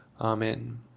Amen